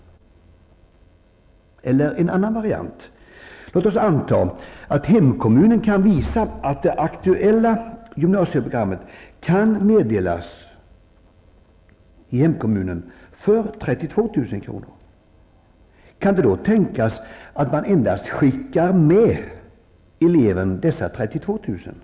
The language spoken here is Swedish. Det finns en annan variant. Låt oss anta att hemkommunen kan visa att det aktuella gymnasieprogrammet där kan meddelas för 32 000 kr. Kan det då tänkas att man endast ''skickar med'' eleven dessa 32 000 kr.